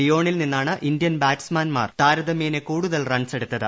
ലിയോണിൽ നിന്നാണ് ഇന്ത്യൻ ബാറ്റ്സ്മാൻമാർ താരതമ്യേന കൂടുതൽ റൺസെടുത്തത്